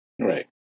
Right